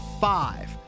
five